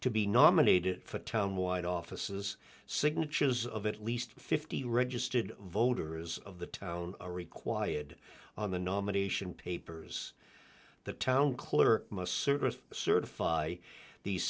to be nominated for a town wide offices signatures of at least fifty registered voters of the town are required on the nomination papers the town clerk must certify